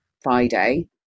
Friday